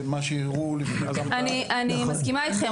אני מסכימה אתכם,